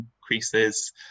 increases